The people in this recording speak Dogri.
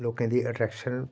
लोकें दी अट्रैक्शन